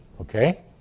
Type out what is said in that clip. Okay